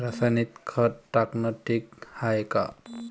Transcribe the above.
रासायनिक खत टाकनं ठीक हाये का?